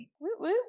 woo